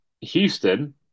Houston